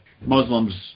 Muslims